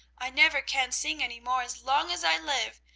i never can sing any more as long as i live,